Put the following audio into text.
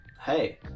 hey